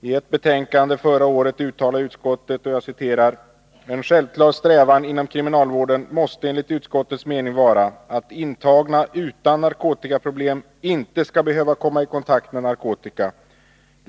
I ett betänkande från förra året uttalade utskottet: ”En självklar strävan inom kriminalvården måste enligt utskottets mening vara att intagna utan narkotikaproblem inte skall behöva komma i kontakt med narkotika.